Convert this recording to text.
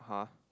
!huh!